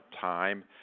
time